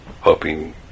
hoping